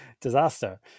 disaster